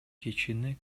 кичине